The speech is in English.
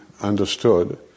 understood